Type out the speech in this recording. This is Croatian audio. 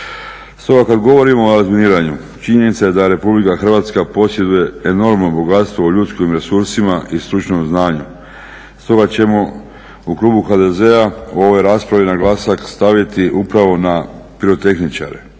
Stoga kad govorimo o razminiranju činjenica je da RH posjeduje enormno bogatstvo u ljudskim resursima i stručnom znanju stoga ćemo u klubu HDZ-a u ovoj raspravi naglasak staviti upravo na pirotehničare.